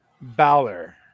Balor